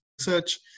research